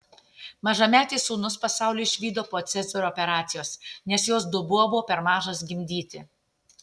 mažametės sūnus pasaulį išvydo po cezario operacijos nes jos dubuo buvo per mažas gimdyti